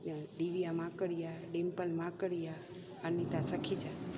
Divya Makria Dimple Makria Anita Sakheja